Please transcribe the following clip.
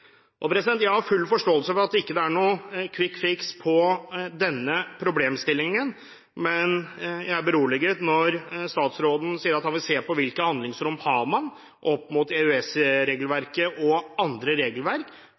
Jeg har full forståelse for at det ikke er noen «quick fix» på denne problemstillingen. Jeg er beroliget når statsråden sier at han vil se på hvilke handlingsrom man har opp mot EØS-regelverket og andre regelverk